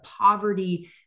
poverty